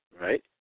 right